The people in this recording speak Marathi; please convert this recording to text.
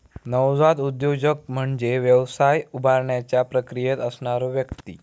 नवजात उद्योजक म्हणजे व्यवसाय उभारण्याच्या प्रक्रियेत असणारो व्यक्ती